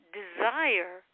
desire